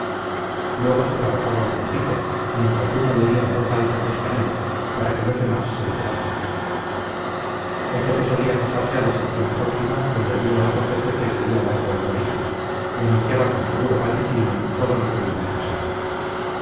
luego se trabajaba un poquito mientras uno leía en voz alta el español para que los demás se enterasen el jefe solía pasarse a la sección próxima donde había otro jefe que veía largo en política y anunciaba con seguro vaticinio todo lo que iba a pasar